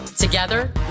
Together